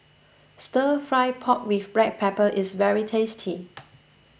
Stir Fried Pork with Black Pepper is very tasty